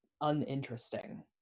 uninteresting